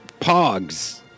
pogs